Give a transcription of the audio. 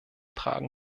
tragen